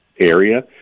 area